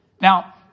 Now